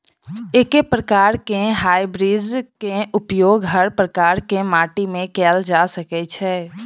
एके प्रकार केँ हाइब्रिड बीज केँ उपयोग हर प्रकार केँ माटि मे कैल जा सकय छै?